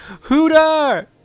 Hooter